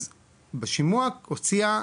אז בשימוע הוציאה,